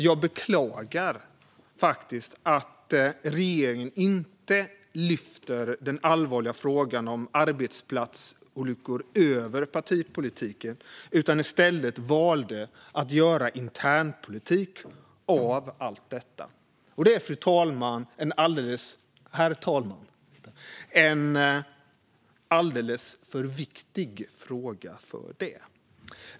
Jag beklagar faktiskt att regeringen inte lyfter den allvarliga frågan om arbetsplatsolyckor över partipolitiken utan i stället har valt att göra internpolitik av allt detta. Det är, herr talman, en alldeles för viktig fråga för det.